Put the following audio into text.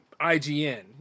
IGN